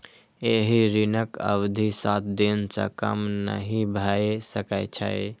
एहि ऋणक अवधि सात दिन सं कम नहि भए सकै छै